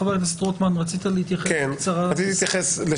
חבר הכנסת רוטמן, רצית להתייחס בקצרה?